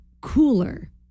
cooler